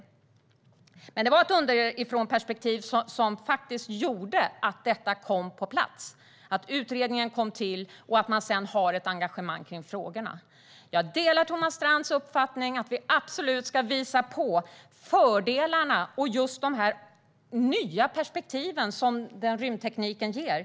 Det var som sagt ett underifrånperspektiv som gjorde att detta kom på plats, att utredningen kom till och att det finns ett engagemang för frågorna. Jag delar Thomas Strands uppfattning att vi absolut ska visa på fördelarna och de nya perspektiv som rymdtekniken ger.